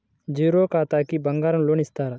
Zero ఖాతాకి బంగారం loan ఇస్తారా?